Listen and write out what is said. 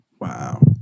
Wow